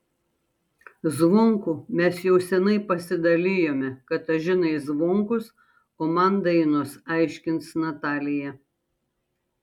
zvonkų mes jau seniai pasidalijome katažinai zvonkus o man dainos aiškins natalija